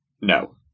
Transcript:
No